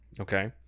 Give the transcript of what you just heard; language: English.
Okay